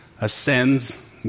ascends